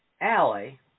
alley